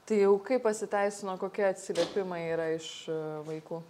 tai jau kaip pasiteisino kokie atsiliepimai yra iš vaikų